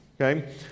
Okay